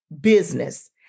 business